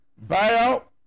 buyout